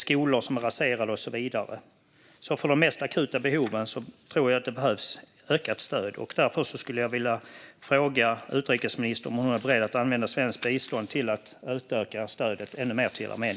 Skolor är raserade och så vidare. Med tanke på de mest akuta behoven tror jag att det behövs ett ökat stöd. Därför skulle jag vilja fråga utrikesministern om hon är beredd att använda svenskt bistånd till att utöka stödet ännu mer till Armenien.